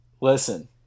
Listen